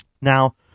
Now